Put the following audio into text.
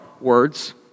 words